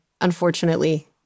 Unfortunately